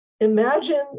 imagine